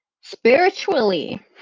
Spiritually